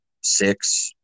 six